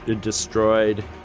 destroyed